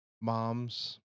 moms